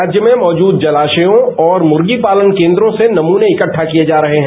राज्य में मौजूद जलाशयों और मूर्गी पालन केन्द्रों से नमूने इकट्ठा किये जा रहे हैं